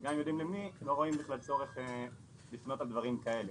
וגם אם יודעים למי הם לא רואים בכלל צורך לפנות על דברים כאלה.